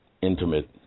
intimate